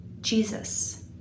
Jesus